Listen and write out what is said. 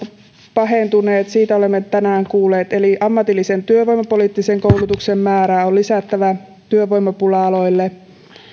pahentuneet siitä olemme tänään kuulleet eli ammatillisen työvoimapoliittisen koulutuksen määrää on lisättävä työvoimapula aloille